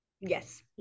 yes